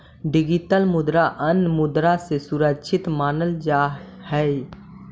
digital मुद्रा अन्य मुद्रा से सुरक्षित मानल जात हई